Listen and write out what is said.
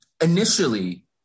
initially